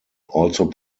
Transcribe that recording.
also